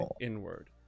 inward